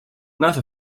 nice